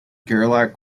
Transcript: gerlach